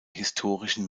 historischen